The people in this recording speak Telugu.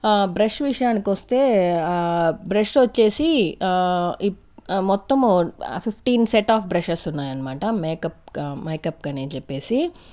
ఆ బ్రష్ విషయానికి వస్తే ఆ బ్రష్ వచ్చేసి ఆ ఇప్ మొత్తము ఫిఫ్టీన్ సెట్ అఫ్ బ్రషెస్సు ఉన్నాయనమాట మేకప్ మేకప్కి అని చెప్పేసి